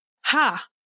Ha